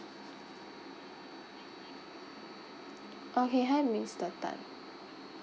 okay hi mister tan